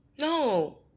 No